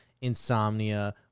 Insomnia